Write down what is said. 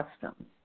customs